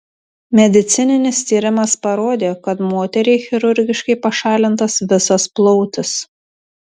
medicininis tyrimas parodė kad moteriai chirurgiškai pašalintas visas plautis